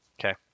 Okay